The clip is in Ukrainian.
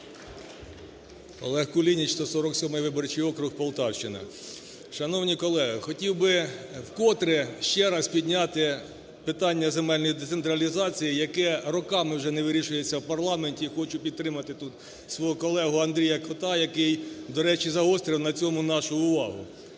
ОлегКулініч, 147 виборчий округ, Полтавщина. Шановні колеги! Хотів би вкотре, ще раз підняти питання земельної децентралізації, яке роками вже не вирішується в парламенті. Хочу підтримати тут свого колегу Андрія Кота, який, до речі, загострив на цьому нашу увагу.